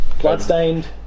Bloodstained